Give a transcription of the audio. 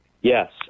Yes